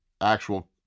actual